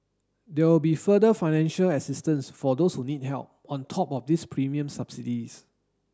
there will be further financial assistance for those who need help on top of these premium subsidies